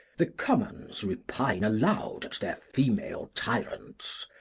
the commons repine aloud at their female tyrants,